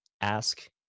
ask